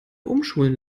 umschulen